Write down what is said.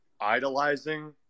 idolizing